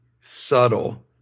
subtle